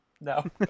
no